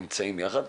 נמצאים יחד.